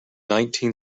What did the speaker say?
nineteen